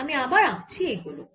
আমি আবার আঁকছি এই গোলক